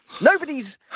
Nobody's